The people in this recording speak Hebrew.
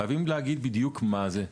חייבים להגיד בדיוק מה זה.